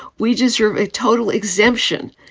we deserve a total exemption.